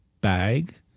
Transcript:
bag